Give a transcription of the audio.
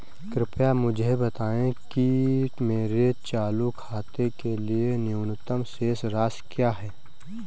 कृपया मुझे बताएं कि मेरे चालू खाते के लिए न्यूनतम शेष राशि क्या है?